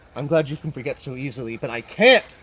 i'm glad you can forget so easily but i can't!